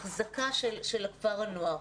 האחזקה של כפר הנוער.